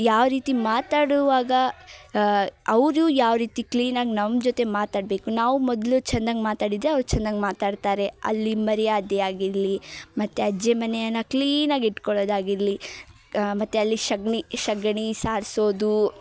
ಯಾವ ರೀತಿ ಮಾತಾಡುವಾಗ ಅವರು ಯಾವ ರೀತಿ ಕ್ಲೀನಾಗಿ ನಮ್ಮ ಜೊತೆ ಮಾತಾಡಬೇಕು ನಾವು ಮೊದಲು ಚೆನ್ನಾಗಿ ಮಾತಾಡಿದರೆ ಅವರು ಚೆನ್ನಾಗಿ ಮಾತಾಡ್ತಾರೆ ಅಲ್ಲಿ ಮರ್ಯಾದೆ ಆಗಿರಲಿ ಮತ್ತು ಅಜ್ಜಿ ಮನೆಯನ್ನು ಕ್ಲೀನಾಗಿ ಇಟ್ಕೊಳೊದಾಗಿರಲಿ ಮತ್ತು ಅಲ್ಲಿ ಸಗ್ಣಿ ಸಗಣಿ ಸಾರ್ಸೋದು